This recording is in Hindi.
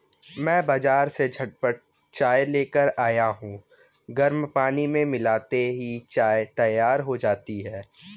मैं बाजार से झटपट चाय लेकर आया हूं गर्म पानी में मिलाते ही चाय तैयार हो जाती है